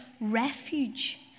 refuge